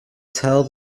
tell